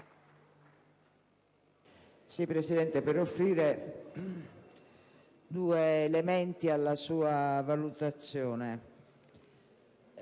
intervengo per offrire due elementi alla sua valutazione.